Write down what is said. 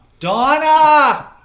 Donna